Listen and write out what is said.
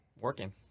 working